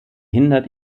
hindert